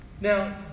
Now